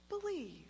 believe